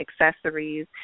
accessories